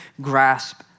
grasp